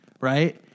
right